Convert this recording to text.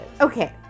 Okay